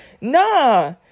Nah